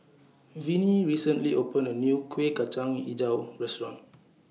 Vinnie recently opened A New Kuih Kacang Hijau Restaurant